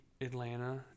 Atlanta